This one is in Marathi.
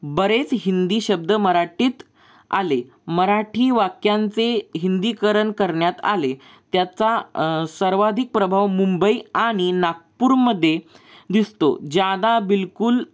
बरेच हिंदी शब्द मराठीत आले मराठी वाक्यांचे हिंदीकरण करण्यात आले त्याचा सर्वाधिक प्रभाव मुंबई आणि नागपूरमध्ये दिसतो ज्यादा बिलकुल